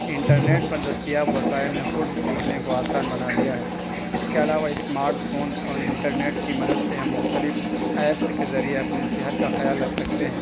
internet پر دستیاب وسائل نے خود سیکھنے کو آسان بنا دیا ہے اس کے علاوہ اسماٹس فون اور انٹرنیٹ کی مدد سے ہم مختلف ایپس کے ذریعے اپنے صحت کا خیال رکھ سکتے ہیں